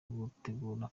gutegura